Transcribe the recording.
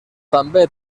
també